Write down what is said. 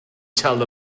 tell